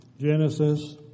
Genesis